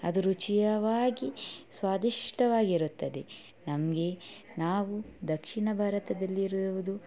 ಅದು ರುಚಿಯಾಗಿ ಸ್ವಾದಿಷ್ಟವಾಗಿರುತ್ತದೆ ನಮಗೆ ನಾವು ದಕ್ಷಿಣ ಭಾರತದಲ್ಲಿ ಇರುವುದು